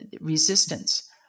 resistance